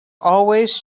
always